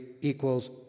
equals